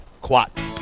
Quat